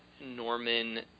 Norman